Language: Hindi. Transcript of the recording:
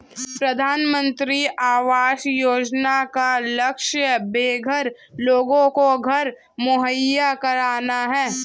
प्रधानमंत्री आवास योजना का लक्ष्य बेघर लोगों को घर मुहैया कराना है